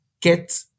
get